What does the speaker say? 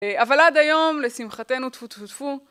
אבל עד היום לשמחתנו תפו תפו תפו